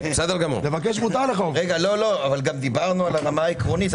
גם דיברנו על הרמה העקרונית.